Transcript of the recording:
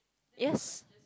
yes